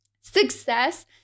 Success